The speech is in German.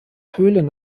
höhlen